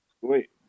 Wait